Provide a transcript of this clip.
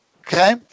okay